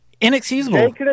Inexcusable